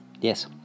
yes